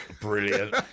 Brilliant